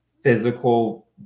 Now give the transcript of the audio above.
physical